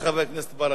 שלוש דקות.